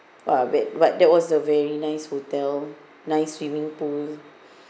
ah bed but that was a very nice hotel nice swimming pool